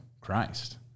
Christ